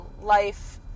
life